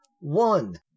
one